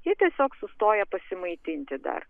ji tiesiog sustoja pasimaitinti dar